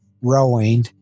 rowing